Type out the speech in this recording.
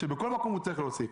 שבכל מקום הוא צריך להוסיף,